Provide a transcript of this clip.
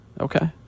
Okay